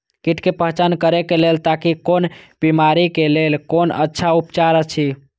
कीट के पहचान करे के लेल ताकि कोन बिमारी के लेल कोन अच्छा उपचार अछि?